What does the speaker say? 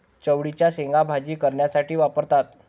चवळीच्या शेंगा भाजी करण्यासाठी वापरतात